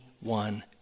one